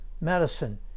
medicine